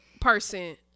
person